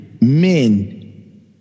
Men